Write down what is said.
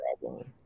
problem